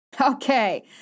Okay